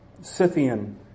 Scythian